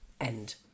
end